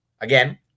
Again